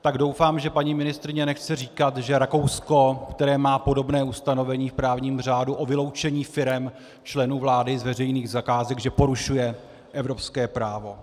Tak doufám, že paní ministryně nechce říkat, že Rakousko, které má podobné ustanovení v právním řádu o vyloučení firem členů vlády z veřejných zakázek, porušuje evropské právo.